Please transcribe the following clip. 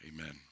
Amen